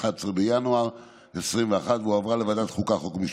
11 בינואר 2021, והועברה לוועדת החוקה, חוק ומשפט.